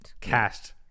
cast